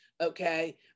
Okay